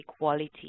equality